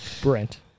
Brent